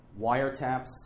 wiretaps